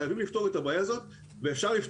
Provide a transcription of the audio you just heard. חייבים לפתור את הבעיה הזאת ואפשר לפתור.